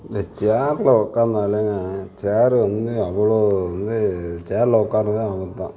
இந்த சேர்ல உட்காந்தாலே சேர் வந்து அவ்வளோ வந்து சேர்ல உட்காந்தாலே அவ்வளோ தான்